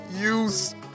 use